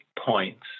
points